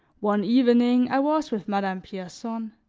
one evening i was with madame pierson.